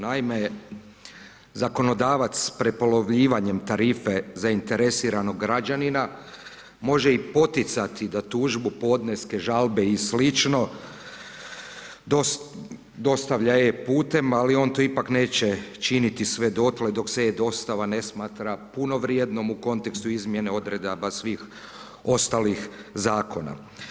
Naime, zakonodavac prepolovljavanjem tarife zainteresiranog građanina, može i poticati da tužbu, podneske, žalbe i sl. dostavlja e-putem ali on to ipak neće činiti sve dotle dok se dostava ne smatra punovrijednom u kontekstu izmjene odredaba svih ostalih zakona.